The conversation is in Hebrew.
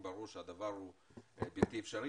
ברור שהדבר הוא בלתי אפשרי.